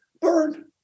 burn